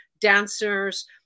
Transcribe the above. Dancers